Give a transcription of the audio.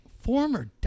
Former